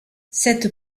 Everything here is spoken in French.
cette